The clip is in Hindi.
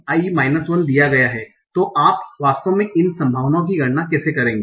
ti 1 है तो आप वास्तव में इन संभावनाओं की गणना कैसे करेंगे